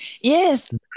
Yes